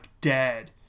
dead